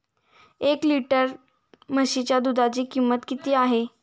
एक लिटर म्हशीच्या दुधाची किंमत किती आहे?